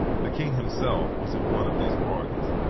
the king himself was in one of these parties.